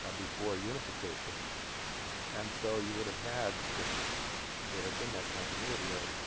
ah before unification and so you would have had if there had been that continuity ah.